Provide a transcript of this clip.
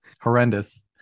horrendous